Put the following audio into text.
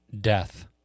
death